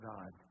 God